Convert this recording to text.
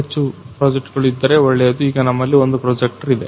ಹೆಚ್ಚು ಪ್ರೊಜೆಕ್ಟರ್ಗಳು ಇದ್ದರೆ ಒಳ್ಳೇದು ಈಗ ನಮ್ಮಲ್ಲಿ ಒಂದು ಪ್ರೊಜೆಕ್ಟರ್ ಇದೆ